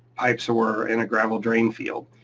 pipes or in a gravel drain field.